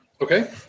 okay